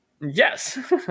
yes